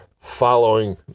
following